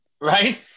Right